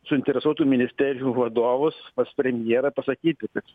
suinteresuotų ministerijų vadovus pas premjerą pasakyti kad